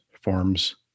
forms